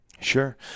sure